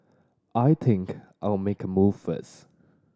I think I'll make a move first